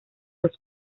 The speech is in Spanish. los